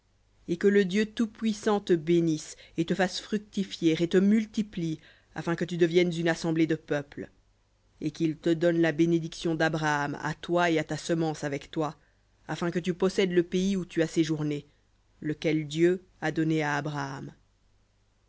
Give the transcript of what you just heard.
et que le dieu tout-puissant te bénisse et te fasse fructifier et te multiplie afin que tu deviennes une assemblée de peuples et qu'il te donne la bénédiction d'abraham à toi et à ta semence avec toi afin que tu possèdes le pays où tu as séjourné lequel dieu a donné à abraham